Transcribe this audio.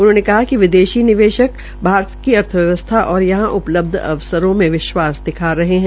उन्होंने कहा कि विदेशी निवेशक भारत की अर्थव्यवस्था और यहां उपलब्ध अवसरों में विश्वास दिखा रहे है